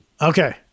Okay